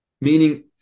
Meaning